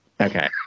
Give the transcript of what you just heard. Okay